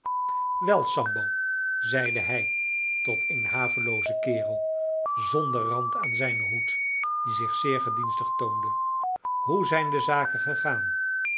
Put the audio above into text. wel sambo zeide hij tot een haveloozen kerel zonder rand aan zijnen hoed die zich zeer gedienstig toonde hoe zijn de zaken gegaan